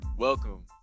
Welcome